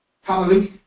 Hallelujah